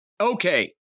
Okay